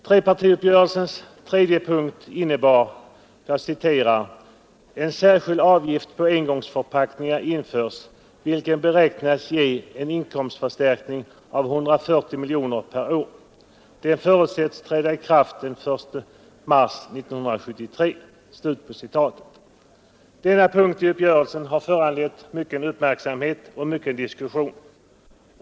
Denna punkt i uppgörelsen har föranlett mycken uppmärksamhet och mycken diskussion.